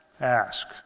ask